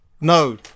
No